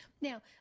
Now